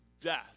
death